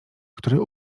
który